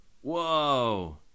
Whoa